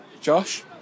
Josh